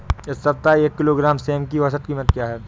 इस सप्ताह एक किलोग्राम सेम की औसत कीमत क्या है?